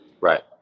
Right